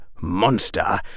monster